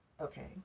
Okay